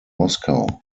moscow